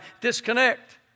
disconnect